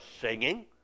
singing